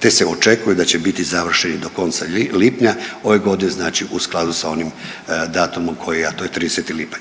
te se očekuje da će biti završeni do konca lipnja ove godine, znači u skladu s onim datumom koji, a to je 30. lipanj.